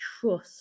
trust